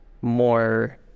more